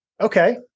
Okay